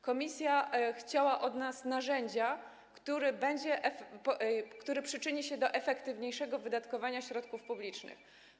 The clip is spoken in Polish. Komisja chciała od nas narzędzia, które przyczyni się do efektywniejszego wydatkowania środków publicznych.